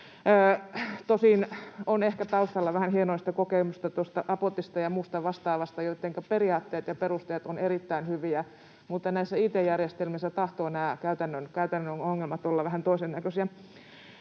Tosin taustalla on ehkä vähän hienoista kokemusta tuosta Apotista ja muista vastaavista, joittenka periaatteet ja perusteet ovat erittäin hyviä, mutta näissä it-järjestelmissä tahtovat nämä käytännön ongelmat olla vähän toisen näköisiä.